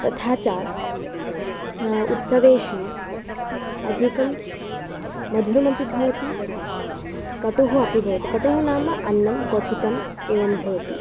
तथा च उत्सवेषु अधिकं मधुरमपि भवति कटुः अपि भवति कटुः नाम अन्नं क्वथितम् एवं भवति